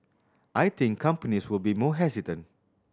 I think companies will be more hesitant